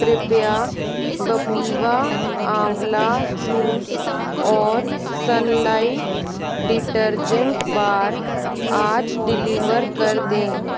कृपया कपिवा आंवला जूस और सनलाइट डिटर्जेंट बार आज डिलीवर कर दें